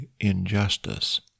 injustice